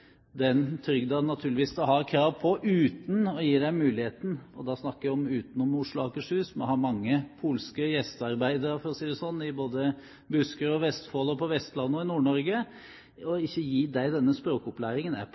den trygden de naturligvis har krav på, uten å gi dem – og da snakker jeg om utenom Oslo og Akershus; vi har mange polske gjestearbeidere, for å si det slik, i både Buskerud og Vestfold, på Vestlandet og i Nord-Norge – denne språkopplæringen.